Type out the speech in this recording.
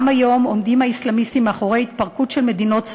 גם היום עומדים האסלאמיסטים מאחורי התפרקות של מדינות,